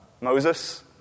Moses